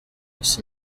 ese